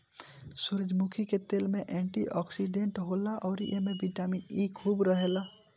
सूरजमुखी के तेल एंटी ओक्सिडेंट होला अउरी एमे बिटामिन इ खूब रहेला